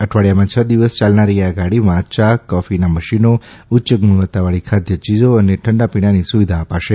અઠવાડિયામાં છ દિવસ ચાલનારી આ ગાડીમાં ચા કોફીના મશીનો ઉચ્ય ગુણવત્તાવાળી ખાદ્યચીજો અને ઠંડા પીણાની સુવિધા અપાશે